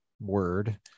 word